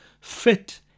fit